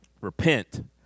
Repent